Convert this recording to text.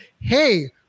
Hey